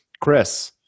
Chris